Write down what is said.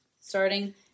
Starting